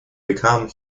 become